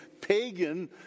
pagan